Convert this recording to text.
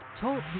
Talk